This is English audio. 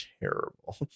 terrible